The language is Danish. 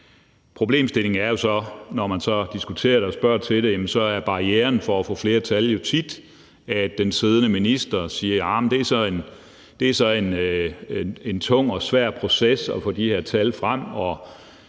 Problemstillingen er jo, at når man så diskuterer det og spørger til det, er barrieren for at få flertal jo tit, at den siddende minister siger: Det er en tung og svær proces at få de her tal frem,